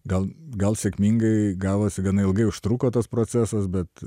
gal gal sėkmingai gavosi gana ilgai užtruko tas procesas bet